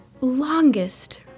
longest